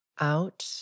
Out